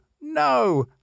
no